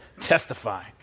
testify